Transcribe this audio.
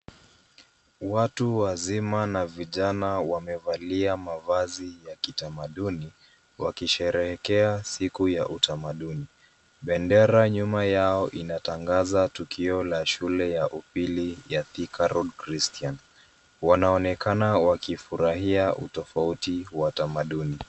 Watu wazima na vijana wamevalia mavazi ya kitamaduni wakisherehekea siku ya utamaduni. Bendera nyuma yao inatangaza tukio la shule ya upili ya Thika Road Christian. Wanaonekana wakifurahia utofauti wa tamaduni.